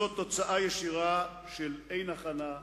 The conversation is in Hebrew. זו תוצאה ישירה של אין-הכנה,